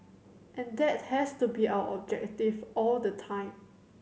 and that has to be our objective all the time